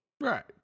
right